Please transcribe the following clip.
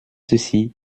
ceci